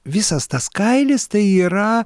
visas tas kailis tai yra